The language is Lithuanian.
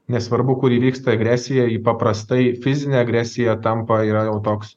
nesvarbu kur įvyksta agresija ji paprastai fizinė agresija tampa yra jau toks